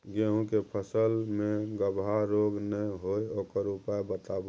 गेहूँ के फसल मे गबहा रोग नय होय ओकर उपाय बताबू?